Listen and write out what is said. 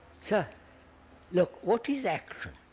so look, what is action?